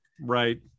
Right